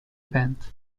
event